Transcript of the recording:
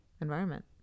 environment